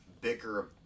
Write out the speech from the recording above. bicker